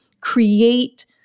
create